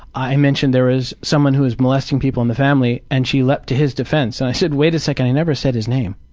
i mentioned there was someone who was molesting people in the family, and she leapt to his defense. and i said, wait a second, i never said his name.